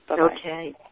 Okay